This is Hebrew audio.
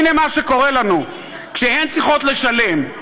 הנה מה שקורה לנו: כשהן צריכות לשלם: